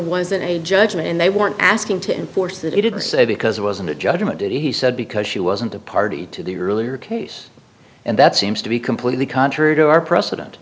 wasn't a judgment and they weren't asking to enforce that you didn't say because it wasn't a judgment it he said because she wasn't a party to the earlier case and that seems to be completely contrary to our precedent